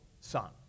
son